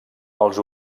els